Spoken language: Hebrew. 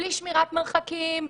בלי שמירת מרחקים,